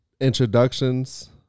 introductions